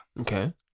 Okay